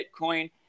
Bitcoin